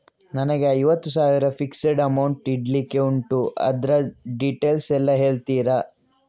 ನನಗೆ ಐವತ್ತು ಸಾವಿರ ಫಿಕ್ಸೆಡ್ ಅಮೌಂಟ್ ಇಡ್ಲಿಕ್ಕೆ ಉಂಟು ಅದ್ರ ಡೀಟೇಲ್ಸ್ ಎಲ್ಲಾ ಹೇಳ್ತೀರಾ?